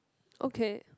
okay